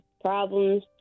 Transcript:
problems